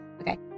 Okay